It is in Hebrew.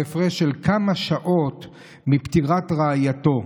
בהפרש של כמה שעות מפטירת רעייתו.